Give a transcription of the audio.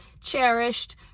cherished